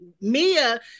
Mia